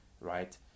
right